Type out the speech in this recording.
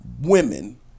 women